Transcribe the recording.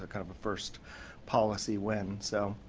ah kind of first policy win. so